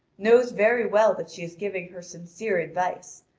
knows very well that she is giving her sincere advice,